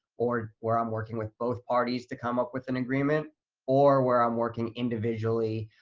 or where i'm working with both parties to come up with an agreement or where i'm working individually,